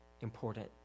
important